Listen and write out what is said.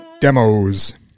demos